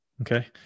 Okay